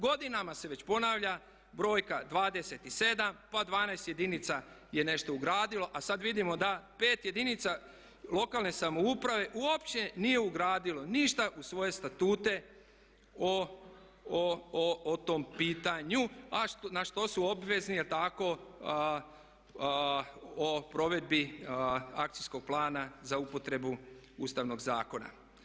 Godinama se već ponavlja brojka 27, pa 12 jedinica je nešto ugradilo, a sad vidimo da 5 jedinica lokalne samouprave uopće nije ugradilo ništa u svoje statute o tom pitanju, a na što su obvezni, jel' tako o provedbi Akcijskog plana za upotrebu Ustavnog zakona.